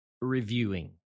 Reviewing